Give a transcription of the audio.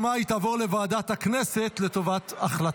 לוועדה שתקבע ועדת הכנסת נתקבלה.